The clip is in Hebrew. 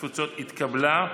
התפוצות התקבלה.